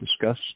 discuss